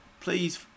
please